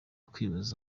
kwibaza